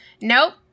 Nope